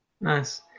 Nice